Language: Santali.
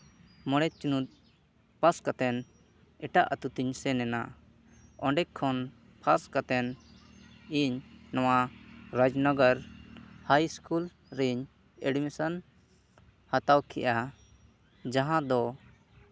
ᱢᱚᱬᱮ ᱪᱟᱱᱟᱪ ᱯᱟᱥ ᱠᱟᱛᱮ ᱮᱴᱟᱜ ᱟᱛᱳ ᱛᱤᱧ ᱥᱮᱱᱮᱱᱟ ᱚᱸᱰᱮ ᱠᱷᱚᱱ ᱯᱷᱟᱥ ᱠᱟᱛᱮᱱ ᱤᱧ ᱱᱚᱣᱟ ᱨᱟᱡᱽᱱᱚᱜᱚᱨ ᱦᱟᱭ ᱥᱠᱩᱞ ᱨᱤᱧ ᱮᱹᱰᱢᱤᱥᱚᱱ ᱦᱟᱛᱟᱣ ᱠᱮᱜᱼᱟ ᱡᱟᱦᱟᱸ ᱫᱚ